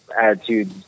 attitude